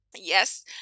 yes